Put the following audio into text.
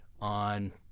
on